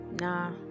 nah